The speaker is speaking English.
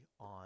on